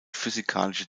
physikalische